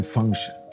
Function